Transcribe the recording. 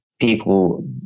people